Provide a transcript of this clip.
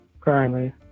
currently